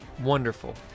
wonderful